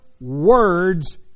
words